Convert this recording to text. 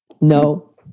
no